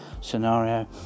scenario